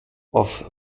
auf